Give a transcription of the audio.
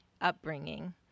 upbringing